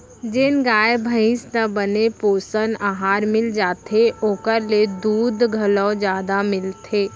जेन गाय भईंस ल बने पोषन अहार मिल जाथे ओकर ले दूद घलौ जादा मिलथे